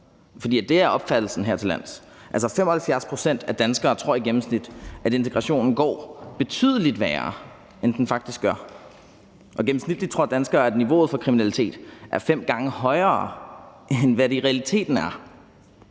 det er opfattelsen hertillands. Altså, 75 pct. af danskere tror i gennemsnit, at integrationen går betydelig værre, end den faktisk gør, og gennemsnitligt tror danskere, at niveauet for kriminalitet er fem gange højere, end hvad det i realiteten er.